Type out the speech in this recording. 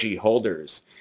holders